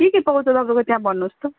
के के पाउँछ तपाईँको त्यहाँ भन्नुहोस् त